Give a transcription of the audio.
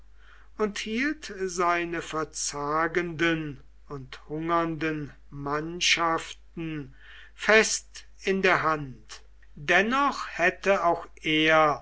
und hielt seine verzagenden und hungernden mannschaften fest in der hand dennoch hätte auch er